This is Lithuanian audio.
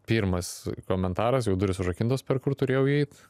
pirmas komentaras jau durys užrakintos per kur turėjau eit